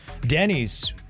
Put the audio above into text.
Denny's